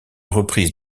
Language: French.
reprise